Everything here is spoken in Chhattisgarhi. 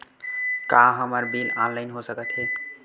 का हमर बिल ऑनलाइन हो सकत हे?